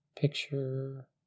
Picture